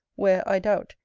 where, i doubt,